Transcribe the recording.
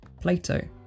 Plato